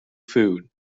food